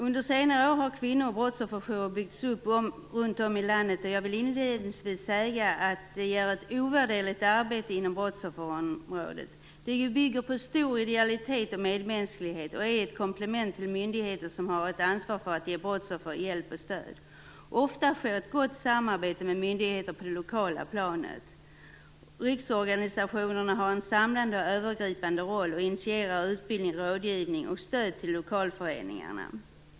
Under senare år har kvinno och brottsofferjourer byggts upp runt om i landet, och jag vill inledningsvis säga att de gör ett ovärderligt arbete inom brottsofferområdet. Arbetet bygger på stor idealitet och medmänsklighet och är ett komplement till myndigheter som har ett ansvar för att ge brottsoffer hjälp och stöd. Ofta sker ett gott samarbete med myndigheter på det lokala planet. Riksorganisationerna har en samlande och övergripande roll och initierar utbildning, rådgivning och stöd till lokalföreningarna.